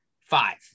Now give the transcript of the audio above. Five